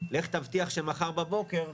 לך תבטיח שמחר בבוקר,